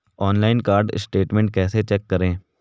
Online card statement कैसे check करें?